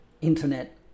internet